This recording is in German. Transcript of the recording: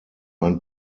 ein